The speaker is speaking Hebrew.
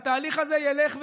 התהליך הזה ילך ויעמיק.